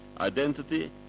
identity